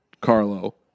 Carlo